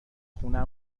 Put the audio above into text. خونه